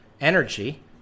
energy